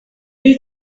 new